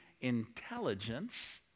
intelligence